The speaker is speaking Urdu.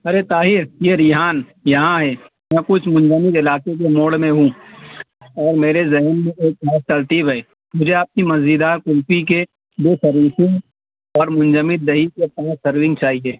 ارے طاہر یہ ریحان یہاں ہے میں کچھ منجمد علاقے کے موڑ میں ہوں اور میرے ذہن میں ایک ترتیب ہے مجھے آپ کی مزیدار کلفی کے دو سروسیں اور منجمد دہی کے پانچ سرونگ چاہیے